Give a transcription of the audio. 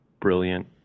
brilliant